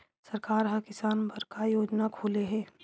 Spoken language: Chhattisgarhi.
सरकार ह किसान बर का योजना खोले हे?